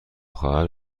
خواهر